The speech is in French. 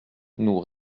nous